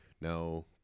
no